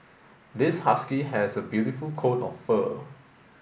this husky has a beautiful coat of fur